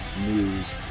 News